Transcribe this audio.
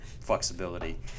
flexibility